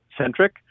centric